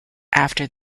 after